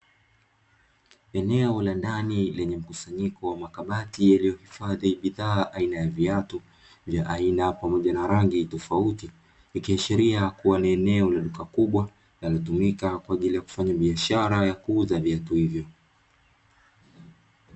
Eneo la ndani lenye mkusanyiko wa makabati, yaliyohifadhi bidhaa aina ya viatu vya aina pamoja na rangi tofauti. Ikiashiria kuwa ni eneo la duka kubwa linalotumika kwa ajili ya kufanya biashara ya kuuza viatu hivyo.